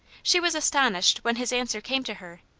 she was astonished, when his answer came to her,